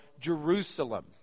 Jerusalem